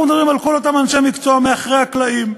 אנחנו מדברים על כל אותם אנשי מקצוע מאחורי הקלעים,